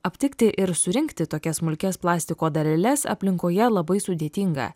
aptikti ir surinkti tokias smulkias plastiko daleles aplinkoje labai sudėtinga